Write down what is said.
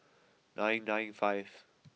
nine nine five